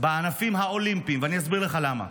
בענפים האולימפיים, ואני אסביר לך למה.